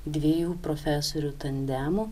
dviejų profesorių tandemu